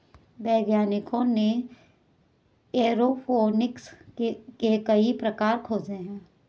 वैज्ञानिकों ने एयरोफोनिक्स के कई प्रकार खोजे हैं